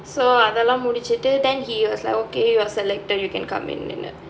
so அதெல்லாம் முடிச்சுட்டு:athellaam mudichuttu then he was like okay you're selected you can come in